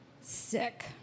Sick